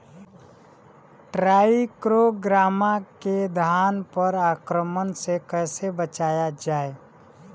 टाइक्रोग्रामा के धान पर आक्रमण से कैसे बचाया जाए?